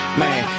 man